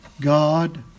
God